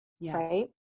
right